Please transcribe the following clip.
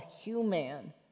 human